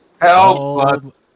Help